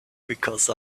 because